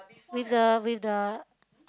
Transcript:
with the with the